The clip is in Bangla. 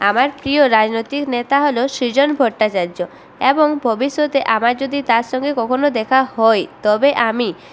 আমার প্রিয় রাজনৈতিক নেতা হল সৃজন ভট্টাচার্য এবং ভবিষ্যতে আমার যদি তার সঙ্গে কখনো দেখা হয় তবে আমি